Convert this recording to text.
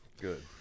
good